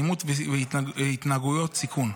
אלימות והתנהגויות סיכון.